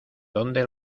dónde